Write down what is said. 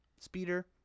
speeder